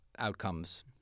outcomes